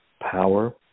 power